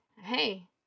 Hey